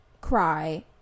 cry